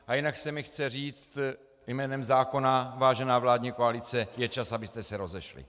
A jinak se mi chce říct: jménem zákona, vážená vládní koalice, je čas, abyste se rozešli.